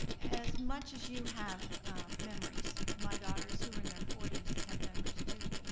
as much as you have memories, my daughters who are in their forty s have memories too.